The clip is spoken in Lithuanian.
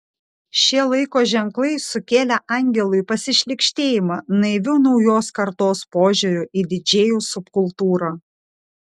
šie laiko ženklai sukėlė angelui pasišlykštėjimą naiviu naujos kartos požiūriu į didžėjų subkultūrą